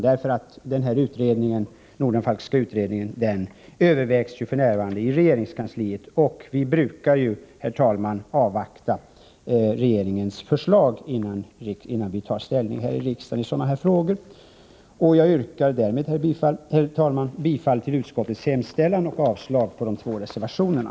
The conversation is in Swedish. Den Nordenfalkska utredningen övervägs för närvarande i regeringskansliet, och vi brukar ju i sådana situationer avvakta regeringens förslag innan vi tar ställning här i riksdagen. Herr talman! Jag yrkar därmed bifall till utskottets hemställan och avslag på de två reservationerna.